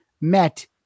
met